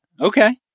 Okay